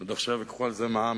עוד עכשיו ייקחו על זה מע"מ,